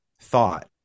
thought